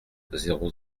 zéro